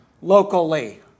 locally